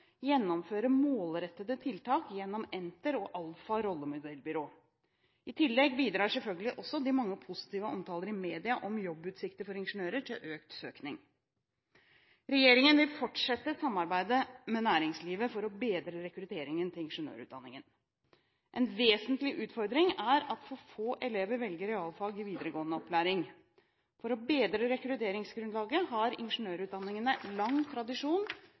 målrettede tiltak gjennom ENT3R og ALFA rollemodellbyrå. I tillegg bidrar selvfølgelig også de mange positive omtaler i media om jobbutsikter for ingeniører til økt søkning. Regjeringen vil fortsette samarbeidet med næringslivet for å bedre rekrutteringen til ingeniørutdanningen. En vesentlig utfordring er at for få elever velger realfag i videregående opplæring. For å bedre rekrutteringsgrunnlaget har ingeniørutdanningene lang tradisjon